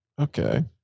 okay